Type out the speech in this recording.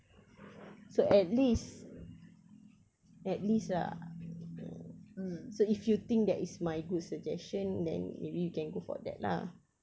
so at least at least lah mm so if you think that is my good suggestion then maybe you can go for that lah